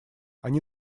они